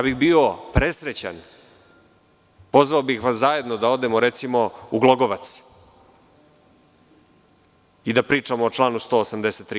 Bio bih presrećan, pozvao bih vas zajedno da odemo, recimo, u Glogovac i da pričamo o članu 183.